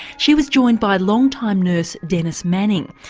she was joined by long time nurse dennis manning.